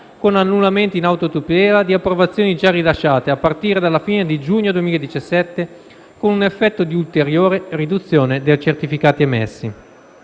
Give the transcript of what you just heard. con annullamenti in autotutela di approvazioni già rilasciate, a partire dalla fine di giugno 2017, con un effetto di ulteriore riduzione dei certificati emessi.